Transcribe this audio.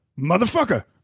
Motherfucker